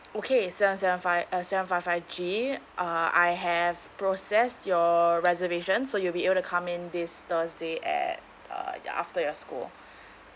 okay seven seven five uh seven five five G uh I have process your reservation so you'll be able to come in this thursday at uh ya after your school